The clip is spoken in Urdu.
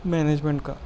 مینجمینٹ کا